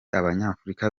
abanyafurika